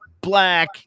black